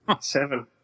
Seven